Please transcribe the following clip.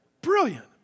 brilliant